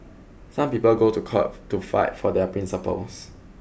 some people go to court to fight for their principles